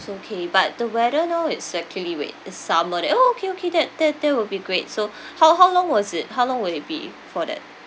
okay but the weather now is actually wait it's summer there oh okay okay that that that will be great so how how long was it how long will it be for that